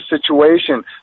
situation